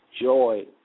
joy